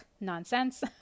nonsense